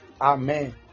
Amen